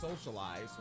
socialize